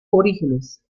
orígenes